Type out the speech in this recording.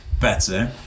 better